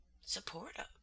supportive